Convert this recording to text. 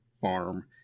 farm